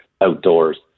outdoors